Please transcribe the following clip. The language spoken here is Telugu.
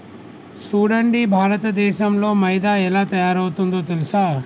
సూడండి భారతదేసంలో మైదా ఎలా తయారవుతుందో తెలుసా